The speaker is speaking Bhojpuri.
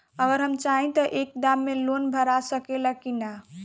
अगर हम चाहि त एक दा मे लोन भरा सकले की ना?